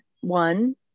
one